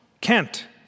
Kent